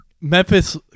Memphis